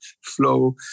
flow